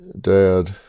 Dad